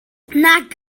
nac